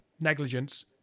negligence